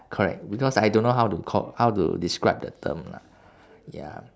correct because I don't know how to com~ how to describe the term lah ya